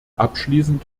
abschließend